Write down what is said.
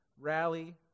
Rally